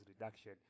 reduction